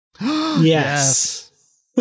Yes